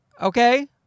okay